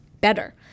better